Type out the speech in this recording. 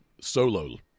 Solo